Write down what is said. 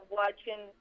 watching